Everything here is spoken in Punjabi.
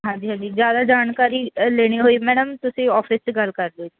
ਹਾਂਜੀ ਹਾਂਜੀ ਜ਼ਿਆਦਾ ਜਾਣਕਾਰੀ ਲੈਣੀ ਹੋਈ ਮੈਡਮ ਤੁਸੀਂ ਆਫਿਸ 'ਚ ਗੱਲ ਕਰ ਲਉ ਜੀ